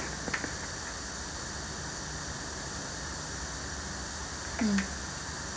mm